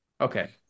Okay